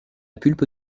pulpe